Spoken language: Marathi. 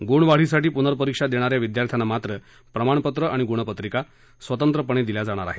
गुणवाढीसाठी पुनर्परीक्षा देणा या विद्यार्थ्यांना मात्र प्रमाणपत्र आणि गुणपत्रिका स्वतंत्र दिल्या जाणर आहेत